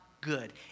good